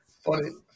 Funny